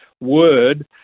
word